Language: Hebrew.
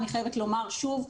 אני חייבת לומר שוב,